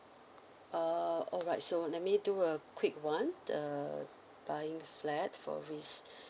uh alright so let me do a quick one the buying flat for resale